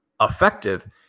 effective